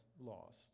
lost